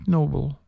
Noble